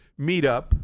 meetup